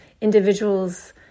individuals